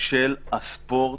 של הספורט.